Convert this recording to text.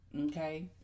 okay